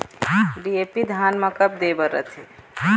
DAP धान मे कब दे बर रथे?